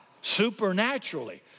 supernaturally